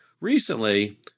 Recently